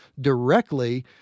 directly